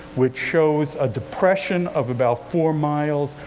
which shows a depression of about four miles,